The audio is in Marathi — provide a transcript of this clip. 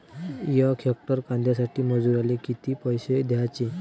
यक हेक्टर कांद्यासाठी मजूराले किती पैसे द्याचे?